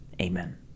amen